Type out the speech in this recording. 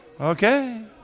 Okay